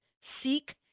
seek